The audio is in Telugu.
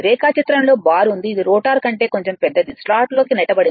రేఖాచిత్రంలో బార్ ఉంది ఇది రోటర్ కంటే కొంచెం పెద్దది స్లాట్ లోకి నెట్టబడింది